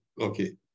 okay